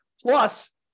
Plus